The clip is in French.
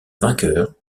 vainqueurs